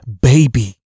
baby